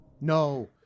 no